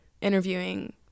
interviewing